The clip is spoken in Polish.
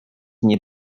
nie